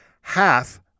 half